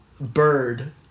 bird